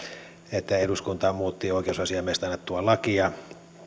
että eduskunta muutti oikeusasiamiehestä annettua lakia